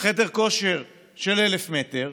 חדר כושר של 1,000 מ"ר